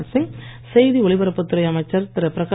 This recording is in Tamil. ராஜ்நாத் சிங் செய்தி ஒலிபரப்புத் துறை அமைச்சர் திரு